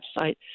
website